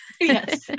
Yes